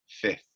fifth